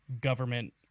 government